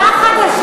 יש הוראה חדשה,